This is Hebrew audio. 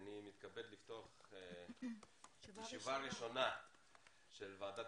אני מתכבד לפתוח את הישיבה הראשונה של ועדת